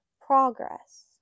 progress